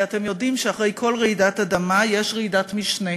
הרי אתם יודעים שאחרי כל רעידת אדמה יש רעידת משנה,